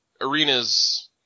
Arena's